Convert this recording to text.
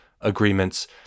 agreements